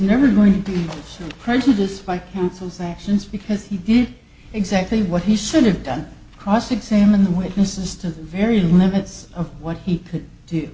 never going to be so prejudiced by counsel's actions because he did exactly what he should have done cross examine the witnesses to the very limits of what he could do